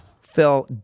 fell